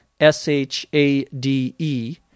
S-H-A-D-E